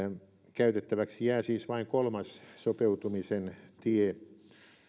käytettäväksi jää siis vain kolmas sopeutumisen tie